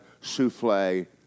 souffle